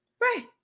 Right